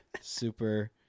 Super